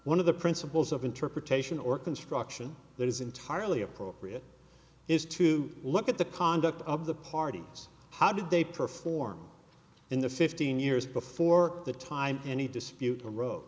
one of the principles of interpretation or construction that is entirely appropriate is to look at the conduct of the parties how did they perform in the fifteen years before the time any dispute